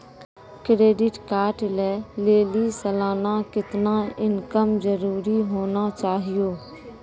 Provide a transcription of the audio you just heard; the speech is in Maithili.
क्रेडिट कार्ड लय लेली सालाना कितना इनकम जरूरी होना चहियों?